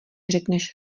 řekneš